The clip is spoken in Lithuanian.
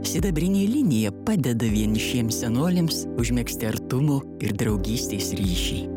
sidabrinė linija padeda vienišiems senoliams užmegzti artumo ir draugystės ryšį